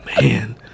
Man